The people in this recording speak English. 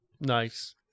Nice